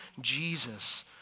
Jesus